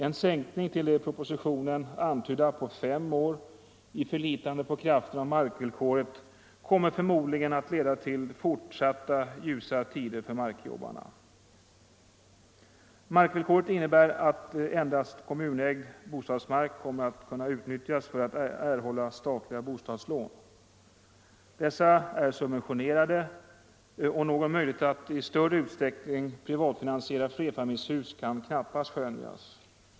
En sänkning till det i propositionen antydda förslaget på fem år, i förlitande på kraften av markvillkoret, kommer förmodligen att leda till fortsatta ljusa tider för markjobbarna. Markvillkoret innebär att endast kommunägd bostadsmark kommer att kunna utnyttjas för erhållande av statliga bostadslån. Dessa är subventionerade, och någon möjlighet att i större utsträckning privatfinansiera flerfamiljshus kan knappast skönjas.